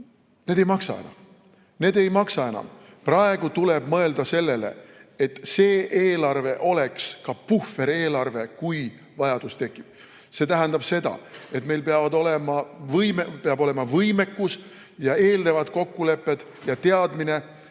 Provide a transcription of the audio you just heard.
Need ei maksa enam! Praegu tuleb mõelda sellele, et see eelarve oleks ka puhvereelarve, kui vajadus tekib. See tähendab seda, et meil peavad olema võimekus ja eelnevad kokkulepped ja teadmine,